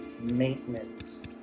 maintenance